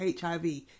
HIV